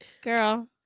girl